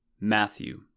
Matthew